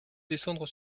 descendre